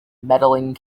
medaling